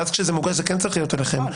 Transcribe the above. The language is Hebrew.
ואז כשזה מוגש זה כן צריך להיות עליכם,